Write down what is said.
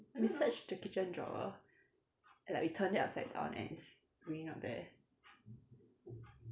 we searched the kitchen drawer like we turned it upside down and it's really not there